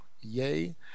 yay